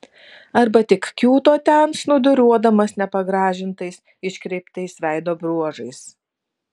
arba tik kiūto ten snūduriuodamas nepagražintais iškreiptais veido bruožais